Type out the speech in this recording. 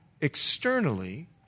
externally